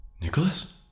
Nicholas